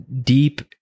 deep